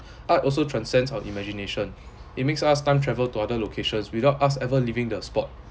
art also transcends our imagination it makes us time travel to other locations without us ever leaving the spot